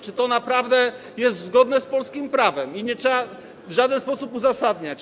Czy to naprawdę jest zgodne z polskim prawem i nie trzeba tego w żaden sposób uzasadniać?